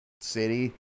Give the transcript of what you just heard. city